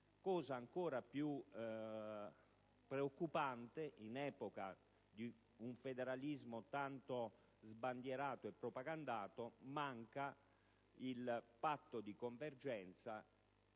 cosa ancor più preoccupante in epoca di un federalismo sbandierato e propagandato, manca il patto di convergenza.